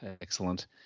excellent